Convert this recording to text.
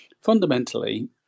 fundamentally